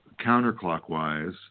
counterclockwise